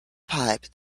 pipe